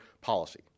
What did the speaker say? policy